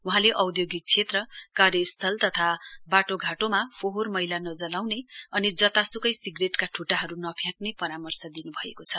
वहाँले औदयोगिक क्षेत्र कार्यस्थल तथा बाटोघाटोमा फोहोर मैला नजलाउने अनि जतासुकै सिगरेटका ठुटाहरू नफ्याँक्ने परामर्श दिनुभएको छ